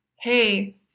Hey